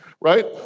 right